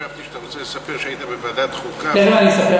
חשבתי שאתה רוצה לספר שהיית בוועדת חוקה